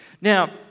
Now